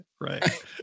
Right